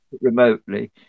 remotely